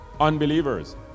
unbelievers